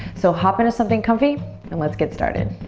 so hop into something comfy and let's get started.